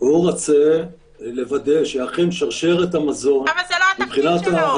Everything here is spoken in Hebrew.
הוא רוצה לוודא שאכן שרשרת המזון -- אבל זה לא התפקיד שלו.